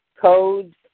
codes